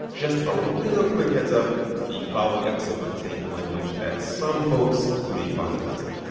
just a real quick heads-up the following episode contains language that some folks may find offensive